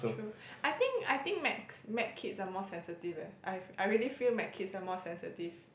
true I think I think med med kids are more sensitive eh I f~ I really feel med kids are more sensitive